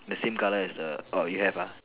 the same colour as the orh you have ah